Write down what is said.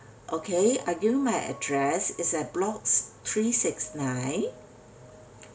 okay I give you my address is at blocks three six nine